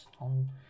on